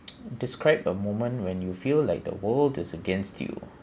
describe a moment when you feel like the world is against you